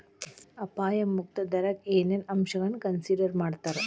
ಅಪಾಯ ಮುಕ್ತ ದರಕ್ಕ ಏನೇನ್ ಅಂಶಗಳನ್ನ ಕನ್ಸಿಡರ್ ಮಾಡ್ತಾರಾ